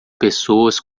pessoas